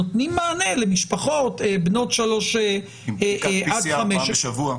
נותנים מענה למשפחות עם ילדים מגיל 3 עד 5. עם בדיקת PCR פעם בשבוע?